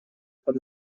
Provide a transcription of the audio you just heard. под